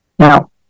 Now